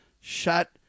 shut